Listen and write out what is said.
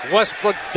Westbrook